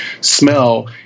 smell